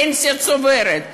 פנסיה צוברת,